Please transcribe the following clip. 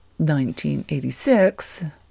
1986